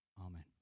Amen